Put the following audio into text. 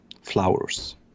flowers